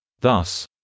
Thus